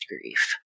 grief